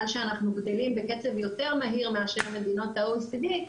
שאנחנו גדלים בקצב יותר מהיר מאשר מדינות ה-OECD,